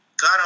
God